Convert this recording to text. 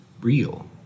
real